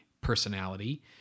personality